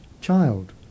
child